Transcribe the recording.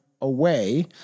away